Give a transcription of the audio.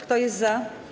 Kto jest za?